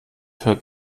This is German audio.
hört